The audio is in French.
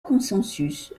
consensus